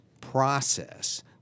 process